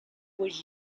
was